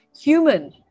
human